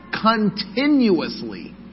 continuously